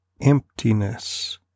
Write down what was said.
emptiness